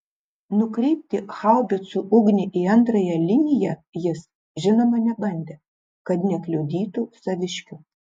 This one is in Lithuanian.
nukreipti haubicų ugnį į antrąją liniją jis žinoma nebandė kad nekliudytų saviškių